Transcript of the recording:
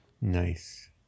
Nice